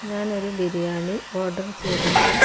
ഞാൻ ഒരു ബിരിയാണി ഓഡർ ചെയ്തിട്ട്